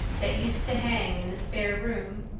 that used to hang in the spare room,